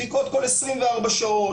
בדיקות כל 24 שעות,